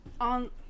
On